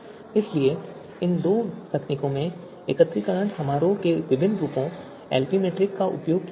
इसलिए इन दो तकनीकों में एकत्रीकरण समारोह के विभिन्न रूपों एलपी मीट्रिक का उपयोग किया गया था